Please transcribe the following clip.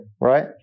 Right